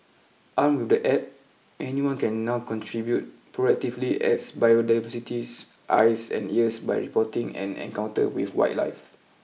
armed with the App anyone can now contribute proactively as biodiversity's eyes and ears by reporting an encounter with wildlife